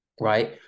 right